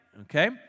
okay